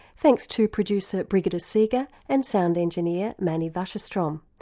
thanks to producer brigitte seega and sound engineer menny wassershtrom.